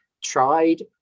tried